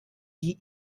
die